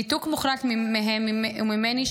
ניתוק מוחלט מהם וממני,